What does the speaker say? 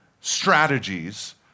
strategies